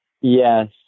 Yes